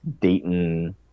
Dayton